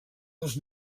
els